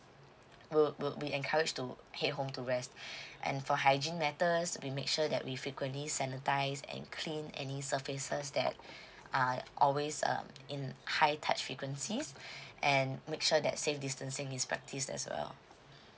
will will we encourage to head home to rest and for hygiene matters we make sure that we frequently sanitise and clean any surfaces that ah always um in high touch frequencies and make sure that safe distancing is practised as well